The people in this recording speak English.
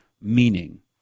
meaning